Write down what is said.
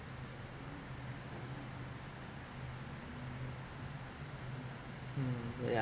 mm yeah